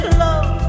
love